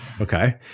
Okay